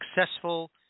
successful